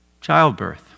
childbirth